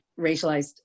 racialized